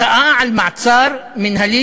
מחאה על מעצר מינהלי,